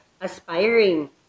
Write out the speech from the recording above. aspiring